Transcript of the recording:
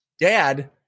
dad